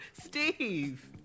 Steve